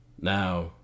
Now